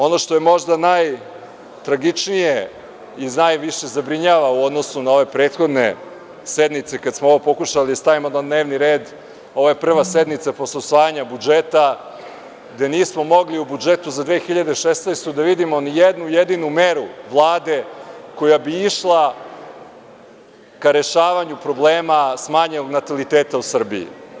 Ono što je možda najtragičnije i najviše zabrinjava u odnosu na ove prethodne sednice kad smo ovo pokušali da stavimo na dnevni red, ovo je prva sednica posle usvajanja budžeta, gde nismo mogli u budžetu za 2016. godinu da vidimo ni jednu jedinu meru Vlade koja bi išla ka rešavanju problema smanjenog nataliteta u Srbiji.